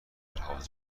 حافظه